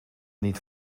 niet